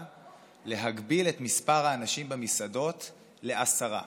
להגביל את מספר האנשים במסעדות לעשרה.